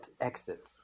exit